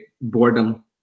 boredom